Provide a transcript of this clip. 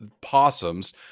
possums